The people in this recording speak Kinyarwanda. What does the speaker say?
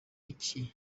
iki